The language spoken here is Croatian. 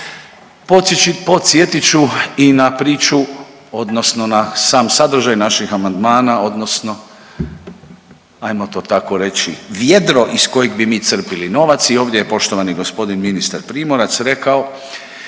Podsjetit ću i na priču odnosno na sam sadržaj naših amandmana odnosno ajmo to tako reći vjedro iz kojeg bi mi crpili novac i ovdje je poštovani g. ministar Primorac rekao,